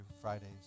Fridays